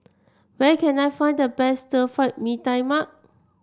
where can I find the best Stir Fry Mee Tai Mak